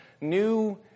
new